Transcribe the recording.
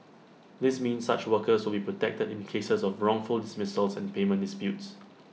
this means such workers will be protected in cases of wrongful dismissals and payment disputes